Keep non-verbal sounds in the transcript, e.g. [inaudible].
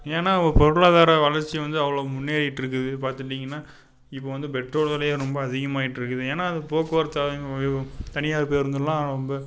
ஏன்னா பொருளாதார வளர்ச்சி வந்து அவ்வளோ முன்னேறிட்டுருக்குது பார்த்துட்டிங்கன்னா இப்போ வந்து பெட்ரோல் விலையே ரொம்ப அதிகமாயிட்டுருக்குது ஏன்னா அங்கே போக்குவரத்து [unintelligible] தனியார் பேருந்தல்லாம்